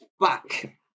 back